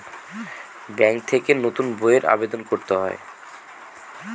bank থেকে নতুন বইয়ের আবেদন করতে হয়